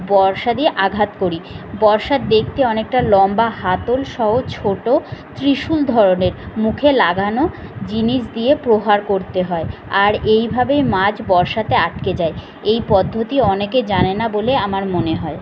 বর্শা দিয়ে আঘাত করি বর্শা দেখতে অনেকটা লম্বা হাতল সহ ছোট ত্রিশূল ধরনের মুখে লাগানো জিনিস দিয়ে প্রহার করতে হয় আর এইভাবেই মাছ বর্শাতে আটকে যায় এই পদ্ধতি অনেকে জানে না বলে আমার মনে হয়